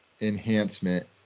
enhancement